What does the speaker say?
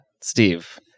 Steve